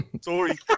Sorry